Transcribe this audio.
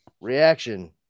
reaction